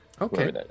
Okay